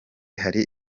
hari